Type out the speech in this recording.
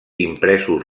impresos